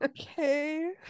Okay